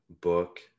Book